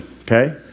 Okay